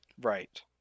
right